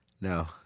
No